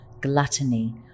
gluttony